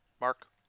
Mark